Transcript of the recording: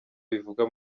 bivugwa